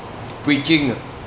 preaching ah